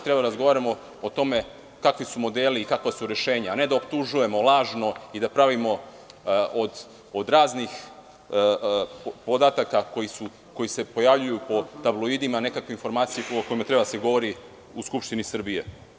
Treba da razgovaramo o tome kakvi su modeli i kakva su rešenja, a ne da optužujemo lažno, i da pravimo od raznih podataka koji se pojavljuju po tabloidima nekakve informacije o kome treba da se govori u Skupštini Srbije.